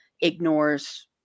ignores